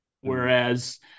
Whereas